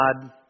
God